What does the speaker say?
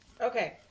Okay